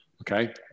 okay